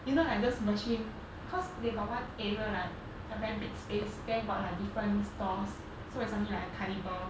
you know like just machine cause they got one area like a very big space then got like different stalls so it's something like a carnival